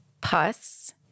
Pus